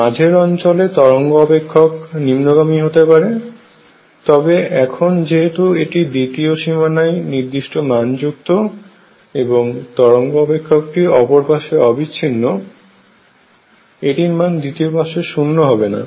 মাঝের অঞ্চলে তরঙ্গ আপেক্ষক নিম্নগামী হয়ে যেতে পারে তবে এখন যেহেতু এটি অপর পাশে নির্দিষ্ট মান যুক্ত এবং তরঙ্গ আপেক্ষক টি অপর পাশে অবিচ্ছিন্ন এটির মান অপর পাশে শুন্য হবে না